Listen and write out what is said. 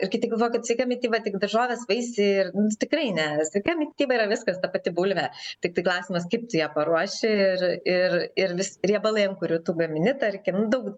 ir kiti galvoja kad sveika mityba tik daržovės vaisiai ir tikrai ne tokia mityba yra viskas ta pati bulvė tiktai klausimas kaip tu ją paruoši ir ir ir vis riebalai ant kurių tu gamini tarkim daug